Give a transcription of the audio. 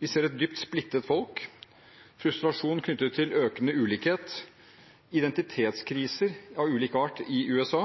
Vi ser et dypt splittet folk: frustrasjon knyttet til økende ulikhet, identitetskriser av ulik art i USA,